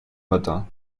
matin